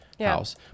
house